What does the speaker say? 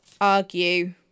argue